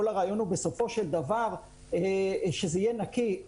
כל הרעיון הוא בסופו של דבר שזה יהיה נקי.